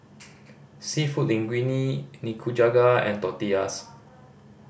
Seafood Linguine Nikujaga and Tortillas